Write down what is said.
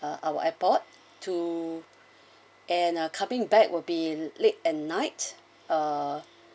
uh our airport to and ah coming back will be late at night ah